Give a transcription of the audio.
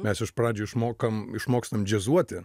mes iš pradžių išmokam išmokstam džiazuoti